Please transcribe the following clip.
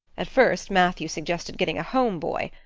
at first matthew suggested getting a home boy.